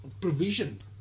provision